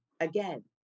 again